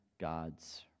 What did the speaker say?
God's